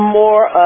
more